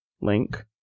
link